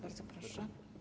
Bardzo proszę.